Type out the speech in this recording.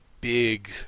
big